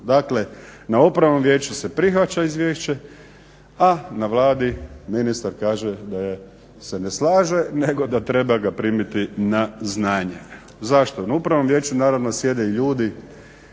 Dakle, na Upravnom vijeću se prihvaća izvješće, a na Vladi ministar kaže da je, se ne slaže, nego da treba ga primiti na znanje. Zašto? Na Upravnom vijeću, naravno sjede i ljudi